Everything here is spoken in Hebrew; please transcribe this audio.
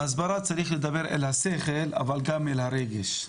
בהסברה צריך לדבר אל השכל, אבל גם אל הרגש.